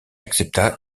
accepta